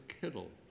Kittle